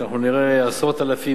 שנראה עשרות אלפים,